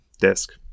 desk